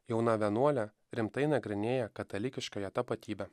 jauna vienuolė rimtai nagrinėja katalikiškąją tapatybę